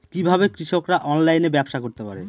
কিভাবে কৃষকরা অনলাইনে ব্যবসা করতে পারে?